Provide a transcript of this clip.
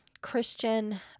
Christian